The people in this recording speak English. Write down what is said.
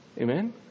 Amen